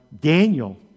Daniel